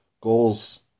goals